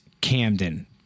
Camden